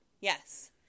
Yes